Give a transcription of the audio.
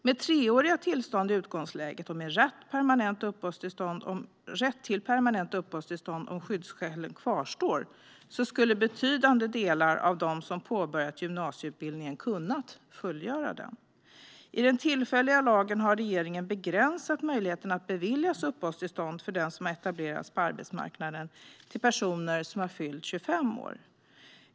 Med treåriga tillstånd i utgångsläget och med rätt till permanent uppehållstillstånd, om skyddsskälen kvarstår, skulle betydande delar av dem som påbörjat en gymnasieutbildning ha kunnat fullgöra den. I den tillfälliga lagen har regeringen begränsat möjligheten att bevilja uppehållstillstånd för personer som har etablerats på arbetsmarknaden och som har fyllt 25 år.